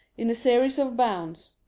in a series of bounds,